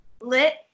Lit